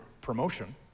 promotion